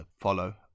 follow